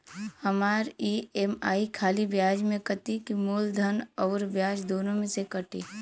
हमार ई.एम.आई खाली ब्याज में कती की मूलधन अउर ब्याज दोनों में से कटी?